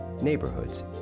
neighborhoods